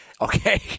Okay